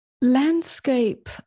landscape